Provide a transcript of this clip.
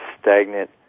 stagnant